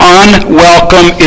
unwelcome